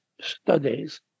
studies